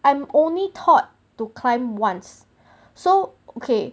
I am only thought to climb once so okay